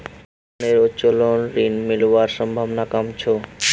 कंपनीर उत्तोलन ऋण मिलवार संभावना कम छ